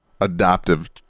adoptive